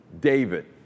David